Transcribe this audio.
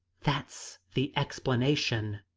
that's the explanation,